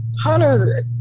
Hunter